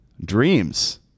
dreams